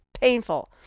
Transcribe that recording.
painful